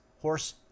horse